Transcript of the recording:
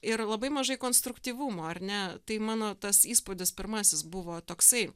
ir labai mažai konstruktyvumo ar ne tai mano tas įspūdis pirmasis buvo toksai